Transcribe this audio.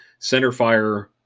centerfire